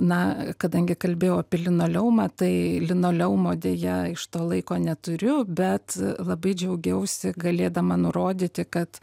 na kadangi kalbėjau apie linoleumą tai linoleumo deja iš to laiko neturiu bet labai džiaugiausi galėdama nurodyti kad